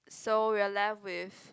so we are left with